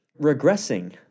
regressing